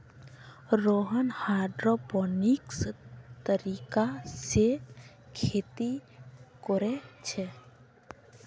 Rohan hydroponics तरीका से खेती कोरे छे